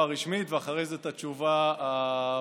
הרשמית ואחרי זה את התשובה הפחות-רשמית,